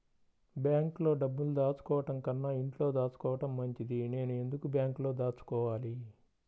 బ్యాంక్లో డబ్బులు దాచుకోవటంకన్నా ఇంట్లో దాచుకోవటం మంచిది నేను ఎందుకు బ్యాంక్లో దాచుకోవాలి?